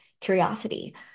curiosity